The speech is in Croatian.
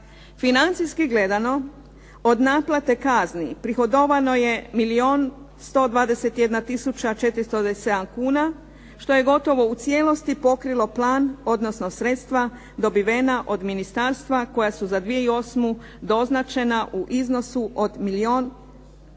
Financijski gledano od naplate kazni prihodovano je milijun 121 tisuća 427 kuna što je gotovo u cijelosti pokrilo plan odnosno sredstva dobivena od ministarstva koja su za 2008. doznačena u iznosu od milijun